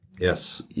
Yes